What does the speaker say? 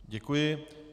Děkuji.